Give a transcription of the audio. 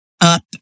up